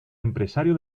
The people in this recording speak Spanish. empresario